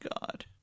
God